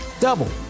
double